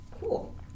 Cool